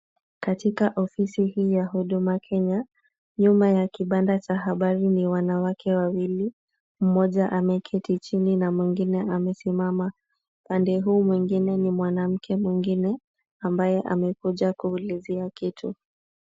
Katika ofisi hii ya Huduma Kenya, nyuma ya kibanda cha habari ni wanawake wawili, mmoja ameketi chini na mwingine amesimama. Pande huu mwingine ni mwanamke mwingine, ambaye amekuja kuulizia kitu.